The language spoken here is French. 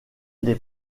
des